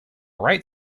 right